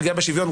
פגיעה בשוויון,